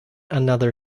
another